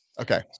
Okay